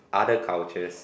other cultures